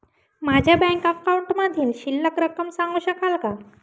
माझ्या बँक अकाउंटमधील शिल्लक रक्कम सांगू शकाल का?